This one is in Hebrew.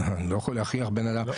אז אני לא יכול להכריח בן אדם...